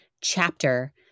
chapter